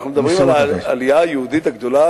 אנחנו מדברים על העלייה היהודית הגדולה